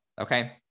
Okay